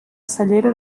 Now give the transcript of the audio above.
cellera